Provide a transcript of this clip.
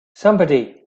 somebody